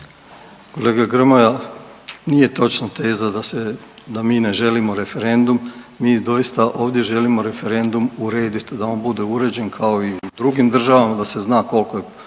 Kolega Grmoja nije točna teza da se, da mi ne želimo referendum, mi doista ovdje želimo referendum uredit, da on bude uređen kao i u drugim državama, da se zna koliko je